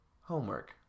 homework